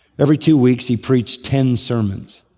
every two weeks he preached ten sermons,